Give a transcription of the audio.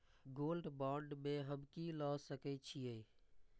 Gold bond में हम की ल सकै छियै?